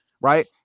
right